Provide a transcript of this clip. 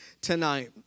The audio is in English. tonight